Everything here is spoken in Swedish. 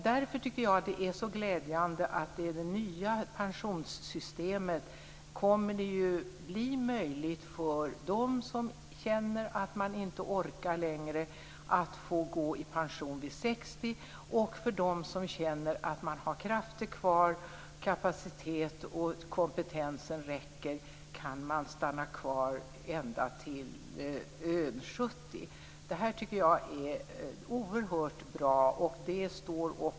Därför tycker jag att det är mycket glädjande att det i och med det nya pensionssystemet kommer att bli möjligt för dem som känner att de inte längre orkar att gå i pension vid 60 års ålder. När man känner att man har krafter och kapacitet kvar och kompetensen räcker, kan man stanna kvar ända till 70 års ålder. Detta tycker jag är oerhört bra.